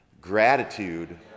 gratitude